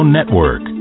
Network